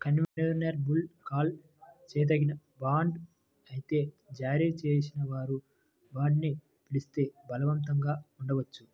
convertible call చేయదగిన bond అయితే జారీ చేసేవారు బాండ్ని పిలిస్తే బలవంతంగా ఉండవచ్చు